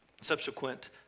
subsequent